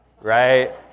right